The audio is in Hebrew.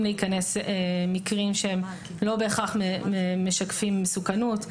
להיכנס מקרים שהם לא בהכרח משקפים מסוכנות.